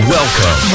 Welcome